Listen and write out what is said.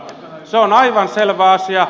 se on aivan selvä asia